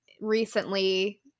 recently